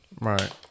right